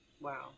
Wow